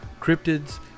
cryptids